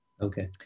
Okay